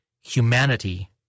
humanity